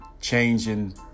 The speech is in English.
changing